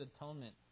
atonement